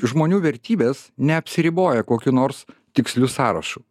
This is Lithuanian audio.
žmonių vertybės neapsiriboja kokiu nors tiksliu sąrašu